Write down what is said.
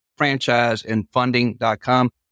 franchiseandfunding.com